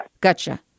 Gotcha